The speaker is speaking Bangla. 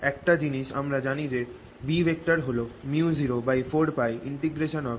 একটা জিনিস আমরা জানি যে B হল µ04πjr×r r